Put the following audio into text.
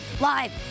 live